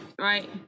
right